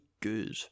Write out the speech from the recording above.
good